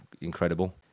incredible